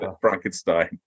Frankenstein